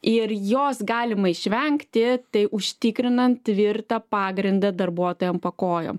ir jos galima išvengti tai užtikrinant tvirtą pagrindą darbuotojam po kojom